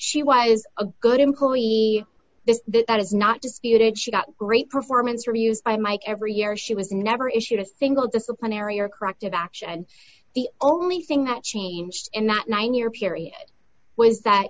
she was a good employee this is not disputed she got great performance reviews by mike every year she was never issued a single disciplinary or corrective action and the only thing that changed in that nine year period was that